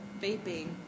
vaping